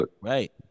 right